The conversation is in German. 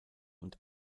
und